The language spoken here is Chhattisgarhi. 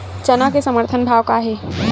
चना के समर्थन भाव का हे?